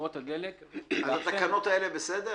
חברות הדלק --- התקנות האלה בסדר?